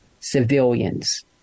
civilians